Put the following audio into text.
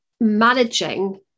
managing